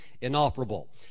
inoperable